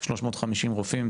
350 רופאים,